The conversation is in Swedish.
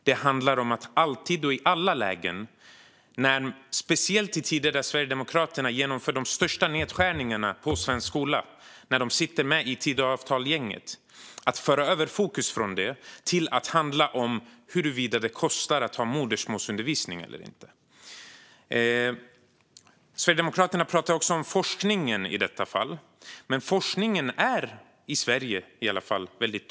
Det handlar om att alltid och i alla lägen försöka föra över fokus från det så att det i stället handlar om huruvida det kostar att ha modersmålsundervisning eller inte, speciellt i tider då Sverigedemokraterna sitter med i Tidöavtalsgänget och genomför de största nedskärningarna någonsin inom svensk skola. Sverigedemokraterna talar också om forskningen om detta, men forskningen är väldigt tydlig, i varje fall i Sverige.